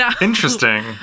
Interesting